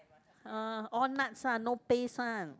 ah all nuts ah no paste ah